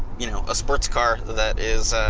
you know a sports car that is